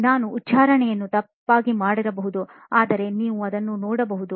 ನಾನು ಉಚ್ಚಾರಣೆಯನ್ನು ತಪ್ಪಾಗಿ ಮಾಡಿರಬಹುದು ಆದರೆ ನೀವು ಅದನ್ನು ನೋಡಬಹುದು